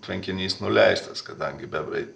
tvenkinys nuleistas kadangi bebrai